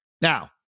Now